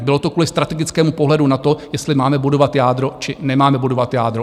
Bylo to kvůli strategickému pohledu na to, jestli máme budovat jádro, či nemáme budovat jádro.